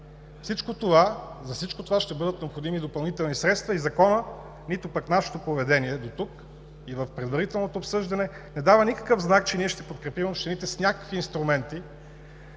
за всичко това ще бъдат необходими допълнителни средства и законът, нито пък нашето поведение дотук и в предварителното обсъждане, не дава никакъв знак, че ние ще подкрепим общините с някакви инструменти